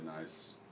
nice